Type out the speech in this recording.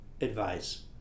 advice